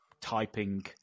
typing